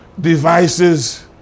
devices